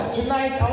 Tonight